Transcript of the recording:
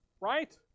Right